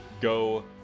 go